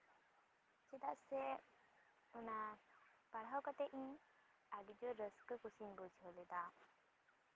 ᱪᱮᱫᱟᱜ ᱥᱮ ᱚᱱᱟ ᱯᱟᱲᱦᱟᱣ ᱠᱟᱛᱮᱜ ᱤᱧ ᱟᱹᱰᱤ ᱡᱳᱨ ᱨᱟᱹᱥᱠᱟᱹ ᱠᱩᱥᱤᱧ ᱵᱩᱡᱷᱟᱹᱣ ᱞᱮᱫᱟ